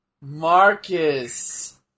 Marcus